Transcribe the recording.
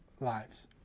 lives